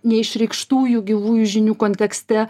neišreikštųjų gyvųjų žinių kontekste